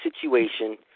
situation